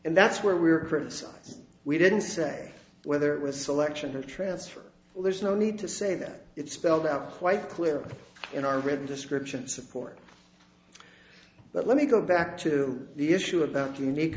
and that's where we were criticized we didn't say whether it was selection a transfer well there's no need to say that it's spelled out quite clearly in our written description support but let me go back to the issue about unique